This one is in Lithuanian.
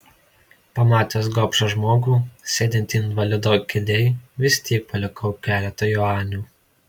pamatęs gobšą žmogų sėdintį invalido kėdėj vis tiek palikau keletą juanių